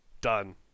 Done